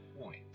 point